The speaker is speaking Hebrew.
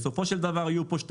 בסופו של דבר יהיו בטווח הארוך שני